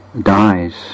dies